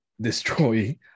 destroy